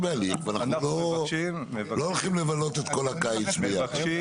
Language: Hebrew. בהליך ואנחנו לא הולכים לבלות את כל הקיץ ביחד.